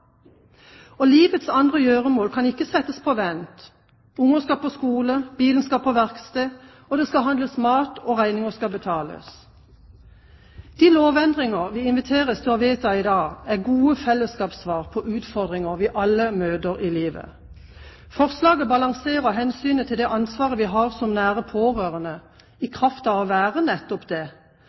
Livets andre gjøremål kan ikke settes på vent. Unger skal på skole, bilen skal på verksted, det skal handles mat, og regninger skal betales. De lovendringene vi inviteres til å vedta i dag, er gode fellesskapssvar på utfordringer vi alle møter i livet. Forslagene balanserer hensynet til det ansvar vi har som nære pårørende, i kraft av å være nettopp det,